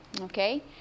okay